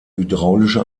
hydraulische